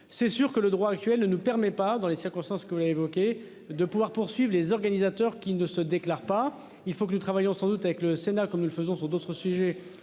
C'est sûr que le droit actuel ne nous permet pas dans les circonstances que vous évoquez de pouvoir, poursuivent les organisateurs qui ne se déclare pas il faut que nous travaillons sans doute avec le Sénat, comme nous le faisons sur d'autres sujets,